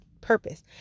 purpose